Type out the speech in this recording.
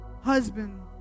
husband